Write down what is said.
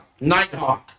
nighthawk